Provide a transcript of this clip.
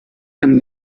and